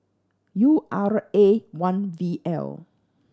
U R A one V L